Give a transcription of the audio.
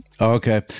Okay